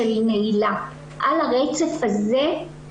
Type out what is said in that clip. אתה יכול לתת לנו מספרים של נערים ונערות שעברו פגיעות מיניות?